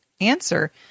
answer